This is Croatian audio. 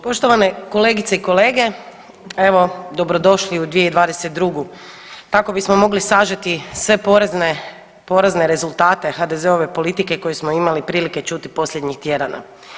Poštovane kolegice i kolege evo dobrodošli u 2022. tako bismo mogli sažeti sve porazne, porazne rezultate HDZ-ove politike koju smo imali prilike čuti posljednjih tjedana.